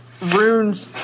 runes